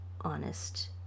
honest